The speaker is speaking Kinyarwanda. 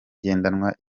ngendanwa